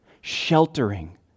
sheltering